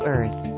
Earth